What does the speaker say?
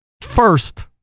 first